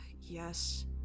Yes